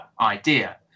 idea